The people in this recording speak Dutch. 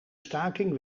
staking